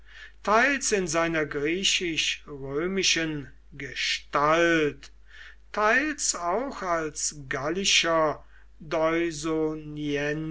teils in seiner griechisch römischen gestalt teils auch als gallischer